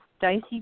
dicey